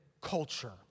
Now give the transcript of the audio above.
culture